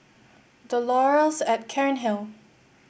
The Laurels at Cairnhill